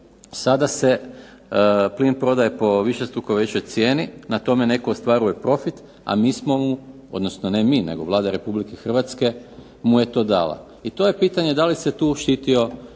Sada se plin prodaje po višestruko većoj cijeni, na tome netko ostvaruje profit, a mi smo mu, ne mi, nego Vlada Republike Hrvatske mu je to dala i to je pitanje da li se tu štitio